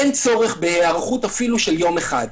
אין צורך בהיערכות אפילו של יום אחד.